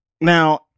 Now